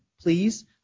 please